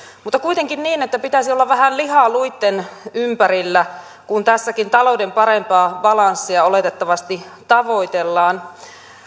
mutta kuitenkin niin että pitäisi olla vähän lihaa luitten ympärillä kun tässäkin talouden parempaa balanssia oletettavasti tavoitellaan